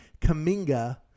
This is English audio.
Kaminga